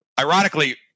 Ironically